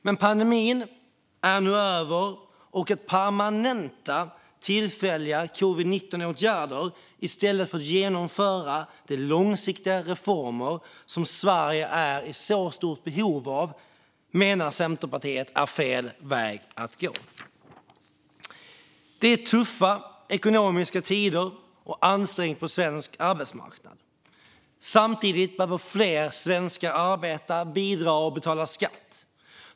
Men nu är pandemin över, och att permanenta tillfälliga covid-19-åtgärder i stället för att genomföra de långsiktiga reformer som Sverige är i så stort behov av menar Centerpartiet är fel väg att gå. Det är tuffa ekonomiska tider och ansträngt på svensk arbetsmarknad. Samtidigt behöver fler svenskar arbeta, bidra och betala skatt.